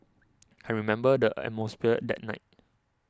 I remember the atmosphere that night